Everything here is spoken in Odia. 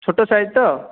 ଛୋଟ ସାଇଜ୍ ତ